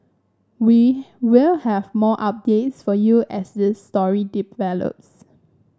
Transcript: we will have more updates for you as this story develops